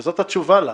וזו התשובה לך.